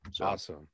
awesome